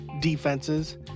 defenses